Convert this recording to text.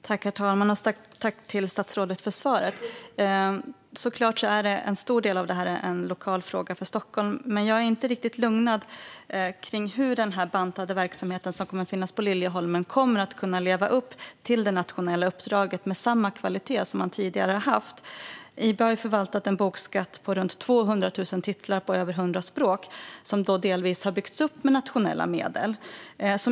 Herr talman! Tack, statsrådet, för svaret! En stor del av det här är såklart en lokal fråga för Stockholm. Men jag är inte riktigt lugnad när det gäller hur den bantade verksamhet som kommer att finnas på Liljeholmen ska kunna leva upp till det nationella uppdraget med samma kvalitet som tidigare. IB har förvaltat en bokskatt på runt 200 000 titlar på över 100 språk. Denna har delvis byggts upp med nationella medel.